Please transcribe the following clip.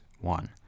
one